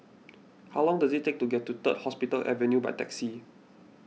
how long does it take to get to Third Hospital Avenue by taxi